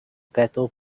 peto